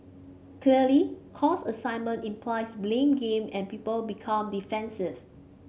clearly cause assignment implies blame game and people become defensive